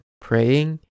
praying